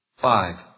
Five